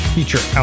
Feature